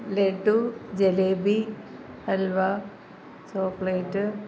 laddu jalebi halwa chocolate